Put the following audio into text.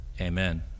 Amen